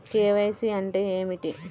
KYC అంటే ఏమిటి?